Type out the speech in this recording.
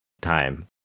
time